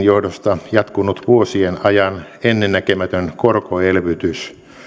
johdosta jatkunut vuosien ajan ennennäkemätön korkoelvytys